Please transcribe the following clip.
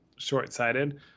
short-sighted